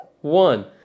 one